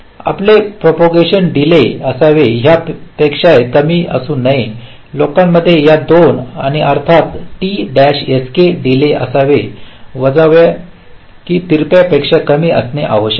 आपले propagation delay असावे या पेक्षा कमी असू नये लोकांमध्ये या 2 आणि अर्थातच t sk डीले असावे वजा व्या की तिरपा पेक्षा कमी असणे आवश्यक आहे